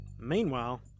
Meanwhile